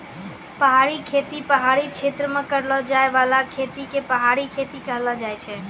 पहाड़ी खेती पहाड़ी क्षेत्र मे करलो जाय बाला खेती के पहाड़ी खेती कहलो जाय छै